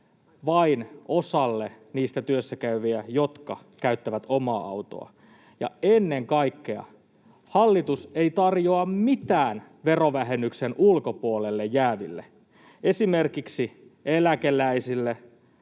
vain osalle niistä työssäkäyvistä, jotka käyttävät omaa autoa, ja ennen kaikkea hallitus ei tarjoa mitään verovähennyksen ulkopuolelle jääville — esimerkiksi eläkeläisille